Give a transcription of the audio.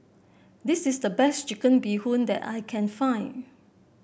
this is the best Chicken Bee Hoon that I can find